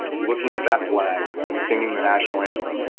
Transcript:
looking at that flag and singing the national anthem,